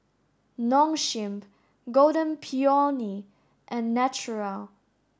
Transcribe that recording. Nong Shim Golden Peony and Naturel